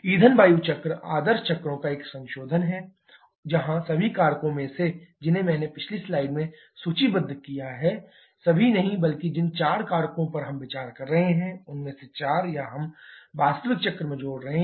ईंधन वायु चक्र आदर्श चक्रों का एक संशोधन है जहां सभी कारकों में से जिन्हें मैंने पिछली स्लाइड में सूचीबद्ध किया है सभी नहीं बल्कि जिन चार कारकों पर हम विचार कर रहे हैं उनमें से चार या हम वास्तविक चक्र में जोड़ रहे हैं